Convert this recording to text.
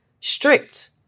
strict